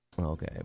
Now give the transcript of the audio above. Okay